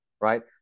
right